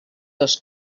dos